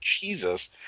Jesus